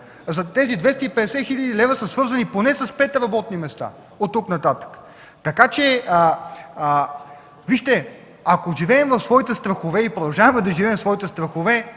тези 250 хил. лв. са свързани поне с пет работни места оттук нататък. Вижте, ако живеем в своите страхове и продължаваме да живеем в своите страхове